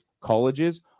colleges